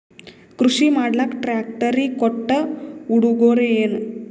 ಕೃಷಿ ಮಾಡಲಾಕ ಟ್ರಾಕ್ಟರಿ ಕೊಟ್ಟ ಉಡುಗೊರೆಯೇನ?